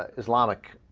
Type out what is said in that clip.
islamic